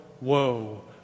woe